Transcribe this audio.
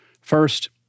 first